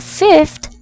fifth